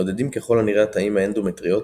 נודדים ככל הנראה התאים האנדומטריוטיים